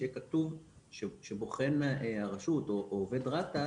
שיהיה כתוב שבוחן הרשות או עובד רת"א